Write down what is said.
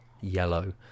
yellow